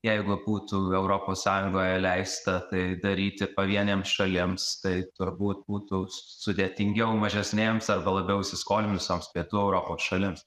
jeigu būtų europos sąjungoje leista tai daryti pavienėms šalims tai turbūt būtų sudėtingiau mažesnėms arba labiau įsiskolinusioms pietų europos šalims